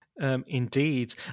Indeed